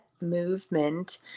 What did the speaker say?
movement